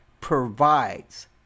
provides